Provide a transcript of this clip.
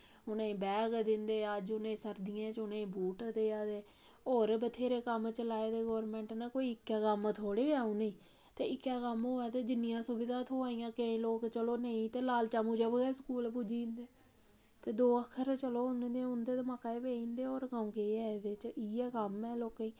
उ'नें गी बैग दिंदे अज उ'नें गी सरदियें च बूट देआ दे होर बथ्हेरे कम्म चलाए दे गौरमेंट नै कोई इक्कै कम्म थोह्ड़े ऐ उ'नें गी ते इक्कै कम्म होऐ ते जिन्नियां सुविधा थ्होआ दियां केईं लोग ते नेईं लालचा मूजब गै स्कूल पुज्जी जंदे ते दौ अक्खर गै पेई जाह्ग उं'दे दमाकै च होर केह् ऐ ते इ'यै कम्म ऐ लोकें गी